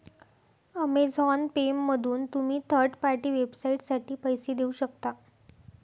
Amazon पेमधून तुम्ही third party वेबसाइटसाठी पैसे देऊ शकता